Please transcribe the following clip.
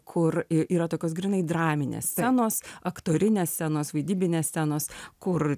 kur y yra tokios grynai draminės scenos aktorinės scenos vaidybinės scenos kur